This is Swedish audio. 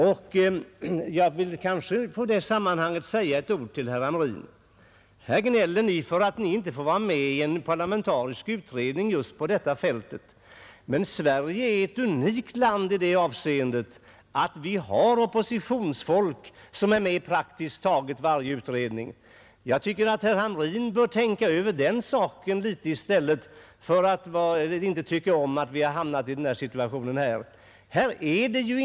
Får jag i detta sammanhang säga en annan sak till herr Hamrin. Ni gnäller för att ni inte får vara med i en parlamentarisk utredning i denna fråga. Men Sverige är unikt i det avseendet att vi har oppositionsfolk med i praktiskt taget varje utredning. Jag tycker att herr Hamrin bör tänka över den saken litet i stället för att beklaga sig över den situation vi har i detta fall.